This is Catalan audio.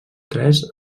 tres